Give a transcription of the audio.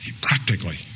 practically